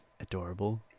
Adorable